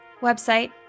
website